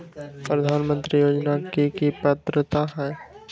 प्रधानमंत्री योजना के की की पात्रता है?